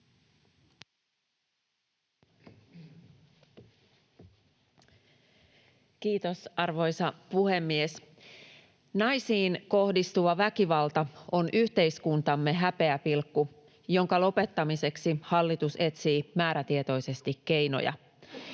Kiitos, arvoisa puhemies! Naisiin kohdistuva väkivalta on yhteiskuntamme häpeäpilkku, jonka lopettamiseksi hallitus etsii määrätietoisesti keinoja.